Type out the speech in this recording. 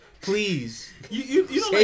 Please